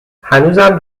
هنوزم